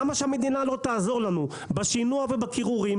למה שהמדינה לא תעזור לנו בשינוע ובקירורים